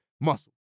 muscle